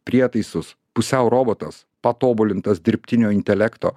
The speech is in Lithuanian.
prietaisus pusiau robotas patobulintas dirbtinio intelekto